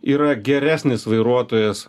yra geresnis vairuotojas